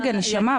רגע נשמה,